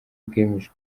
bwemeje